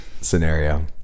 scenario